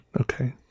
Okay